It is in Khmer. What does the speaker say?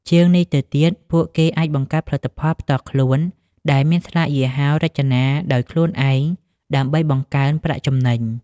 ជាងនេះទៅទៀត ពួកគេអាចបង្កើតផលិតផលផ្ទាល់ខ្លួន ដែលមានស្លាកយីហោរចនាដោយខ្លួនឯងដើម្បីបង្កើនប្រាក់ចំណេញ។